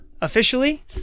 officially